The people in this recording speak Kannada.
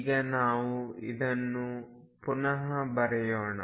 ಈಗ ನಾವು ಇದನ್ನು ಪುನಹ ಬರೆಯೋಣ